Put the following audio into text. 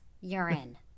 urine